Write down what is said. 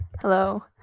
Hello